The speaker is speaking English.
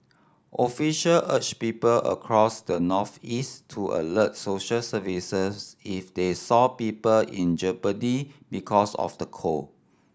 official urged people across the northeast to alert social services if they saw people in jeopardy because of the cold